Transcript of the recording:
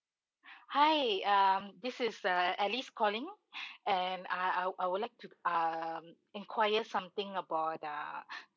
hi um this is uh alice calling and I I I would like to um enquire something about uh